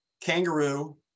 kangaroo